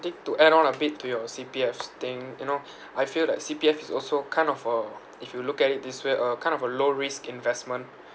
think to add on a bit to your C_P_F thing you know I feel like C_P_F is also kind of a if you look at it this way a kind of a low risk investment